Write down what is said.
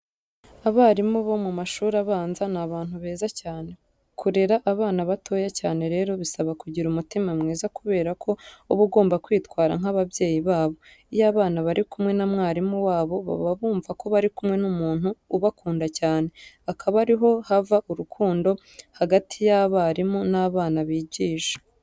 Abarimu bo mu mashuri abanza ni abantu beza cyane. Kurera abana batoya cyane rero bisaba kugira umutima mwiza kubera ko uba ugomba kwitwara nk'ababyeyi babo. Iyo abana bari kumwe na mwarimu wabo baba bumva ko bari kumwe n'umuntu ubakunda cyane, akaba ariho hava urukundo hagati y'abarimu n'abana bigisha.